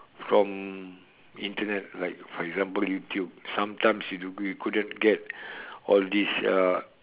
from Internet like for example YouTube sometimes you do you couldn't get all this uh